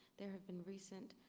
there have been recent